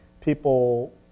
people